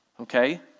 okay